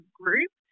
group